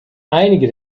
einige